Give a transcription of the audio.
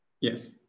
Yes